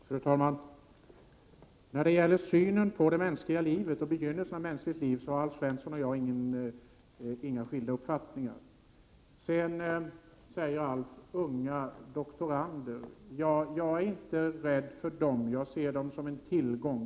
Fru talman! När det gäller synen på det mänskliga livet och begynnelsen av mänskligt liv har Alf Svensson och jag inga skilda uppfattningar. Sedan talar han om ”unga doktorander”. Jag är inte rädd för dem, jag ser dem som en tillgång.